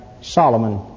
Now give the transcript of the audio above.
Solomon